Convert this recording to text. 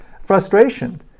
frustration